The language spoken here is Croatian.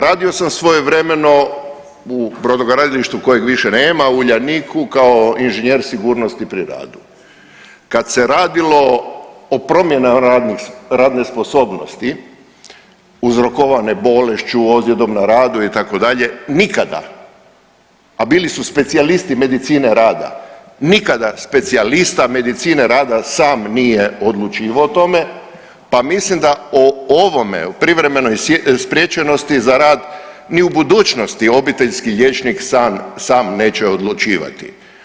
Radio sam svojevremeno u brodogradilištu kojeg više nema Uljaniku kao inženjer sigurnosti pri radu, kad se radilo o promjenama radne sposobnosti uzrokovane bolešću, ozljedom na radu itd., nikada, a bili su specijalisti medicine rada, nikada specijalista medicine rada sam nije odlučivao o tome pa mislim da o ovome o privremenoj spriječenosti za rad ni u budućnosti obiteljski liječnik sam neće odlučivati.